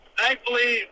thankfully